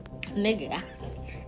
Nigga